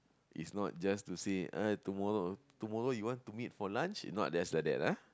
is not just to say eh tomorrow tomorrow you want to meet for lunch is not just like that ah